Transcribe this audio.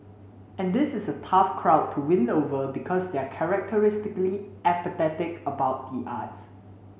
and this is a tough crowd to win over because they are characteristically apathetic about the arts